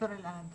ד"ר אלעד.